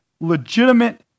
legitimate